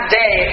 day